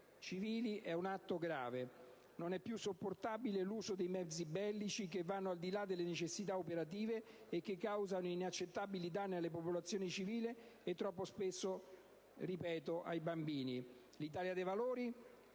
civili è un atto grave. Non è più sopportabile l'uso dei mezzi bellici che vanno al di là delle necessità operative e causano inaccettabili danni alle popolazioni civili, e troppo spesso ai bambini. L'Italia dei Valori,